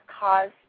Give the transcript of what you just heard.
cause